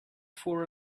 for